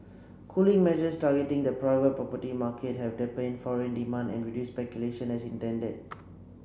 cooling measures targeting the private property market have dampened foreign demand and reduced speculation as intended